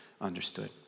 understood